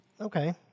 Okay